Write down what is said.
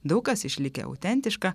daug kas išlikę autentiška